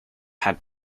had